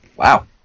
Wow